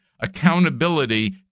accountability